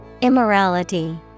Immorality